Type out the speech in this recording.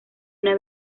una